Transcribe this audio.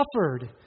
suffered